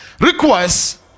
requires